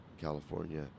california